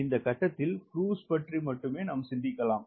இந்த கட்டத்தில் க்ரூஸ் பற்றி மட்டுமே சிந்திக்கலாம்